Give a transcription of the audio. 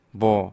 bo